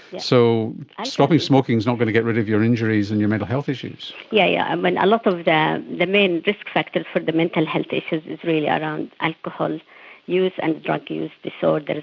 so stopping smoking is not going to get rid of your injuries and your mental health issues. yeah yeah um and a lot of the the main risk factors for the mental health issues is really around alcohol use and drug use disorders,